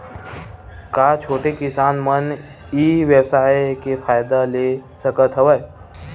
का छोटे किसान मन ई व्यवसाय के फ़ायदा ले सकत हवय?